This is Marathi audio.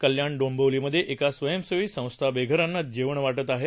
कल्याण डोंबिवलीमध्ये एक स्वयंसेवी संस्था बेघरांना जेवण वाटते आहे